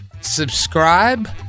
subscribe